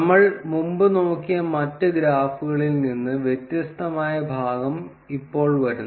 നമ്മൾ മുമ്പ് നോക്കിയ മറ്റ് ഗ്രാഫുകളിൽ നിന്ന് വ്യത്യസ്തമായ ഭാഗം ഇപ്പോൾ വരുന്നു